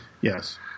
Yes